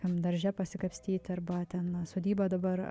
ten darže pasikapstyti arba ten sodyboje dabar